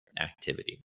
activity